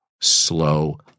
slow